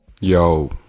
Yo